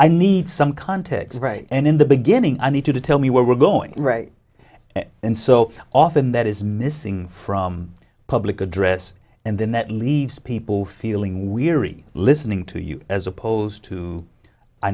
i need some context and in the beginning i need you to tell me where we're going right and so often that is missing from public address and then that leaves people feeling weary listening to you as opposed to i